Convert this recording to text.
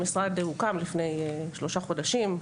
המשרד הוקם לפני שלושה חודשים,